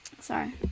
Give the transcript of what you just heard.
sorry